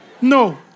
No